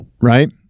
Right